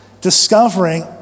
discovering